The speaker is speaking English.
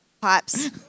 Pipes